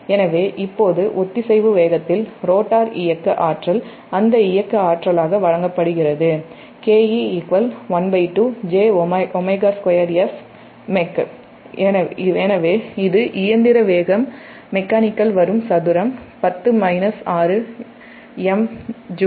எனவே இப்போது ஒத்திசைவு வேகத்தில் ரோட்டார் இயக்க ஆற்றலாக வழங்கப்படுகிறது இது இயந்திர வேகம் மெக்கானிக்கல் வரும் சதுரம் 10−6 எம்ஜூல்